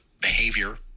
behavior